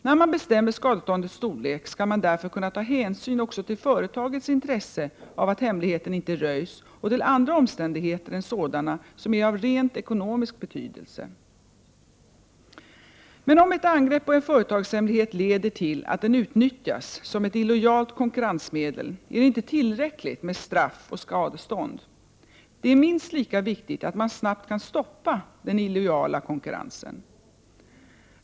När man bestämmer skadeståndets storlek skall man därför kunna ta hänsyn också till företagets intresse av att hemligheten inte röjs och till andra omständigheter än sådana som är av rent ekonomisk betydelse. Om ett angrepp på en företagshemlighet leder till att den utnyttjas som ett illojalt konkurrensmedel är det inte tillräckligt med straff och skadestånd. Det är minst lika viktigt att man snabbt kan stoppa den illojala konkurrensen.